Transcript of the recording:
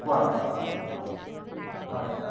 কোৱা হয়